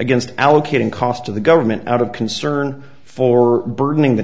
against allocating cost to the government out of concern for burdening the